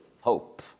hope